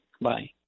bye